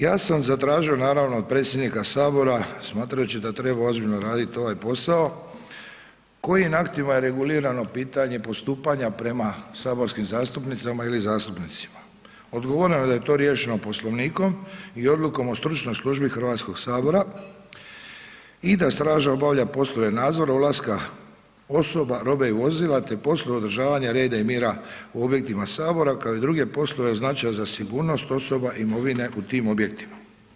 Ja sam zatražio naravno od predsjednik Sabora smatrajući da treba ozbiljno raditi ovaj posao, kojim aktima je regulirano pitanje postupanja prema saborskim zastupnicama ili zastupnicima, odgovoreno je da je to „riješeno Poslovnikom i odlukom o stručnoj službi Hrvatskog sabora i da straža obavlja poslove nadzora odlaska osoba, robe i vozila te poslove održavanja reda i mira u objektima Sabora kao i druge poslove od značaja za sigurnost osoba i imovine u tim objektima“